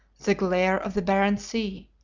the glare of the barren sea,